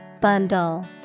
Bundle